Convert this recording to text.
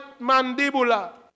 mandibula